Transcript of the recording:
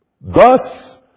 Thus